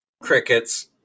Crickets